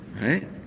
Right